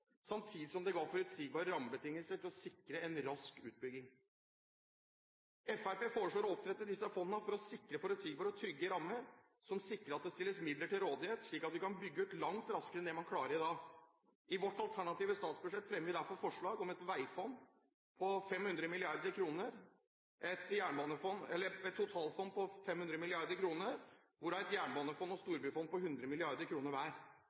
samtidig som det ga forutsigbare rammebetingelser til å sikre en rask utbygging. Fremskrittspartiet foreslår å opprette disse fondene for å sikre forutsigbare og trygge rammer, som sikrer at det stilles midler til rådighet, slik at vi kan bygge ut langt raskere enn det man klarer i dag. I vårt alternative statsbudsjett fremmer vi derfor forslag om et totalfond på 500 mrd. kr, hvorav et jernbanefond og et storbyfond på 100 mrd. kr hver.